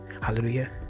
hallelujah